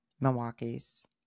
Milwaukee's